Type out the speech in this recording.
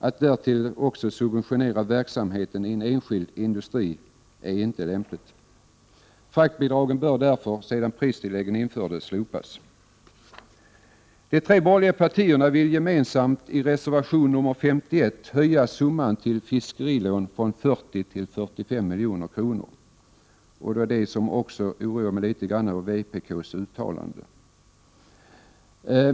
Att därtill subventionera verksamheten i en enskild industri är inte lämpligt. Fraktbidragen bör därför, sedan pristilläggen infördes, slopas. De tre borgerliga partierna vill gemensamt i reservation nr 51 höja summan till fiskerilån från 40 milj.kr. till 45 milj.kr. Vpk:s uttalande oroar mig litet grand.